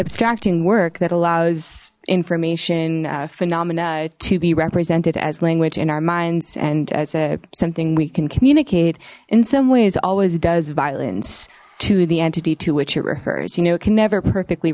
abstraction work that allows information phenomena to be represented as language in our minds and as a something we can communicate in some ways always does violence to the entity to which it refers you know it can never perfectly